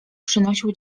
przynosił